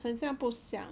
很像不像